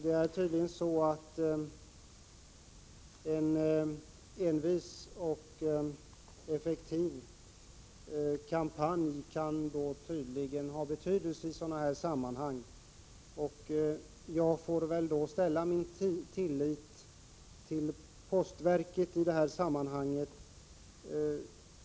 Det är tydligen så att en envis och effektiv kampanj kan ha betydelse. Jag får väl då ställa min tillit till postverket.